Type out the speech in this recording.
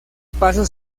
paso